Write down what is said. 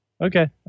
Okay